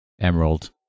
Emerald